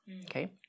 Okay